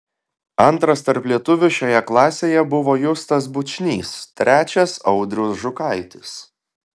antras tarp lietuvių šioje klasėje buvo justas bučnys trečias audrius žukaitis